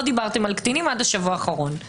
לא דיברתם על קטינים עד השבוע האחרון.